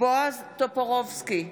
בועז טופורובסקי,